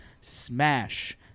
Smash